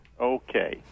Okay